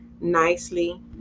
nicely